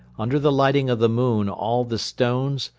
under the lighting of the moon all the stones,